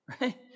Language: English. Right